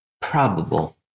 probable